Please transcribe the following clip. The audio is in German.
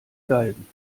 galgen